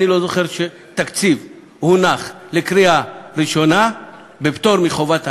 אני לא זוכר שתקציב הונח לקריאה ראשונה בפטור מחובת הנחה.